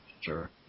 Sure